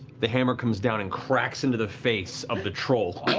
the hammer comes down and cracks into the face of the troll,